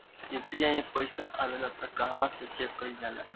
UPI मे पइसा आबेला त कहवा से चेक कईल जाला?